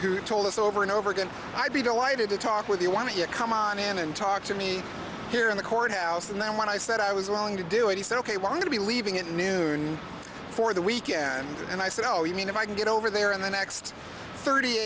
who told us over and over again i'd be delighted to talk with you want to come on in and talk to me here in the courthouse and then when i said i was going to do it he said ok we're going to be leaving at noon for the weekend and i said oh you mean if i can get over there in the next thirty